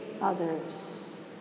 others